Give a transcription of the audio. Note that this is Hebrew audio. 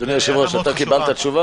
אדוני היושב-ראש, אתה קיבלת תשובה?